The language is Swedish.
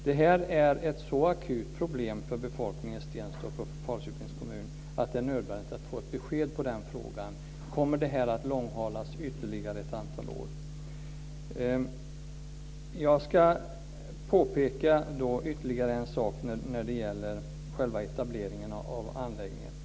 Det här är ett så akut problem för befolkningen i Stenstorp och för Falköpings kommun att det är nödvändigt att få ett besked i den frågan. Kommer detta att långhalas ytterligare ett antal år? Jag ska påpeka ytterligare en sak när det gäller själva etableringen av anläggningen.